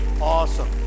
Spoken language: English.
Awesome